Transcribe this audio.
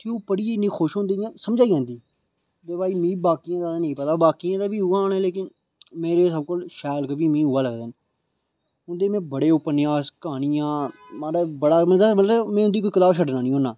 ते ओह् पढ़ियै इन्ने खुश होंदे कि उ'नें गी समझ आई जंदी ते भाई मी बाकियें दा नेईं पता बाकियें दा बी होऐ होने पर मेरे सब तू शैल कवि मी उ'ऐ लगदे न उं'दे बड़े उपन्यास बड़िया क्हानिया मतलब में उं'दी किताब कोई छड्डना नेईं होन्नां